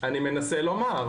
אני מנסה לומר,